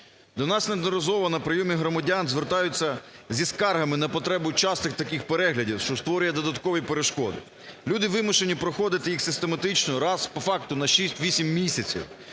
До нас неодноразово на прийомі громадян звертаються зі скаргами на потребу частих таких переглядів, що створює додаткові перешкоди. Люди вимушені проходити їх систематично раз, по факту на 6-8 місяців.